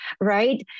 right